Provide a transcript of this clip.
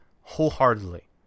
wholeheartedly